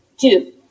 Two